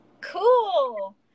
Cool